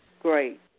Great